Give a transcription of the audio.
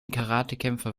karatekämpfer